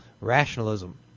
rationalism